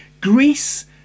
Greece